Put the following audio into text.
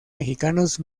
mexicanos